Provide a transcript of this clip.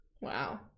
Wow